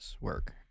work